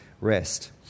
rest